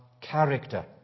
character